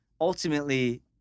ultimately